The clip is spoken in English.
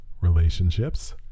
Relationships